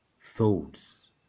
thoughts